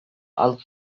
алып